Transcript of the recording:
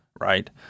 right